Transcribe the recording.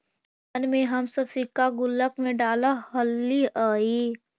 बचपन में हम सब सिक्का गुल्लक में डालऽ हलीअइ